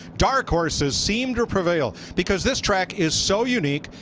dark horses seem to prevail. because this track is so unique,